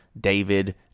David